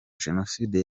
jenoside